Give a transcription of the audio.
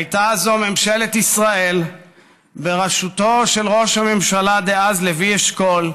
הייתה זו ממשלת ישראל בראשותו של ראש הממשלה דאז לוי אשכול,